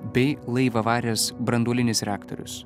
bei laivą varęs branduolinis reaktorius